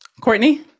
Courtney